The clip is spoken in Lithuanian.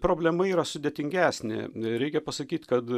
problema yra sudėtingesnė reikia pasakyt kad